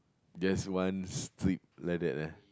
just one strip like that leh